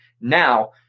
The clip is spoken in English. Now